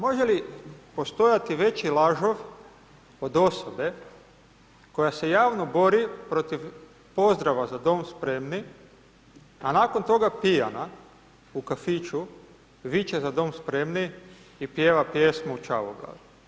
Može li postojati veći lažov od osobe koja se javno bori protiv pozdrava Za dom spremni, a nakon toga pijana u kafiću viče Za dom spremni i pjeva pjesmu o Čavoglavima.